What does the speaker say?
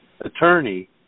attorney